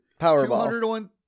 Powerball